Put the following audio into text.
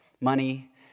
money